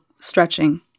stretching